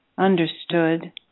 understood